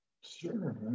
Sure